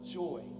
joy